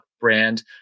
brand